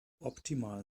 optimal